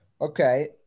Okay